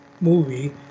movie